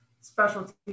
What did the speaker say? specialty